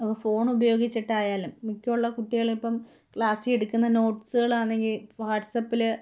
phone ഉപയോഗിച്ചിട്ടായാലും മിക്ക ഉള്ള കുട്ടികളിപ്പോള് ക്ലാസ്സിലെടുക്കുന്ന നോട്ട്സുകളാണെങ്കില് വാട്സാപ്പില്